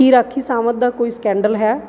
ਕੀ ਰਾਖੀ ਸਾਵੰਤ ਦਾ ਕੋਈ ਸਕੈਂਡਲ ਹੈ